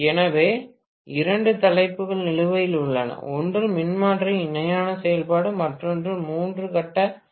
எனவே இரண்டு தலைப்புகள் நிலுவையில் உள்ளன ஒன்று மின்மாற்றியின் இணையான செயல்பாடு மற்றொன்று மூன்று கட்ட மின்மாற்றி